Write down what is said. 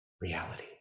reality